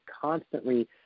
constantly